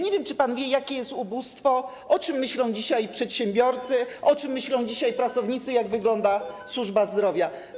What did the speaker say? Nie wiem, czy pan wie, jakie jest ubóstwo, o czym myślą dzisiaj przedsiębiorcy, o czym myślą dzisiaj pracownicy, jak wygląda służba zdrowia.